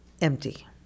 empty